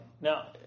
Now